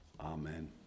Amen